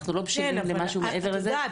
אנחנו לא בשלים למשהו מעבר לזה.